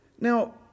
Now